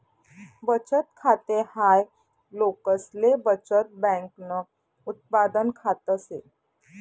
बचत खाते हाय लोकसले बचत बँकन उत्पादन खात से